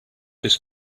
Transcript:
this